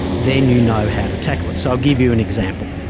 then you know how to tackle it. so i'll give you an example.